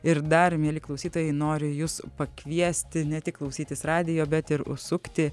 ir dar mieli klausytojai noriu jus pakviesti ne tik klausytis radijo bet ir užsukti